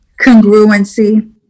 congruency